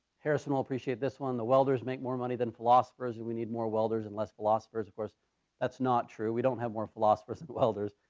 harrison will appreciate this one. the welders make more money than philosophers, and we need more welders and less philosophers. of course that's not true, true, we don't have more philosophers than welders,